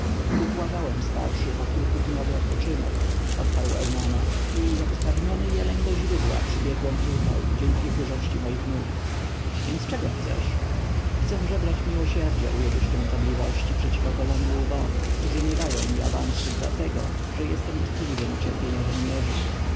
wziął ubłagałem starszych o kilkudniowy odpoczynek odparł eunana i jak spragniony jeleń do źródła pobiegłem tutaj dzięki chyżości moich nóg więc czego chcesz chcę żebrać miłosierdzia u jego świątobliwości przeciw ogolonym łbom którzy nie dają mi awansu dlatego że jestem tkliwy na cierpienia żołnierzy